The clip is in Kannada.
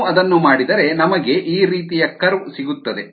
ನಾವು ಅದನ್ನು ಮಾಡಿದರೆ ನಮಗೆ ಈ ರೀತಿಯ ಕರ್ವ್ ಸಿಗುತ್ತದೆ